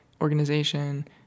organization